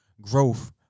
growth